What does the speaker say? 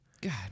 God